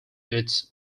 its